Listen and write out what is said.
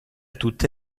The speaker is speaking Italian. tutte